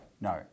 No